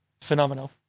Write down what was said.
phenomenal